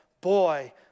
boy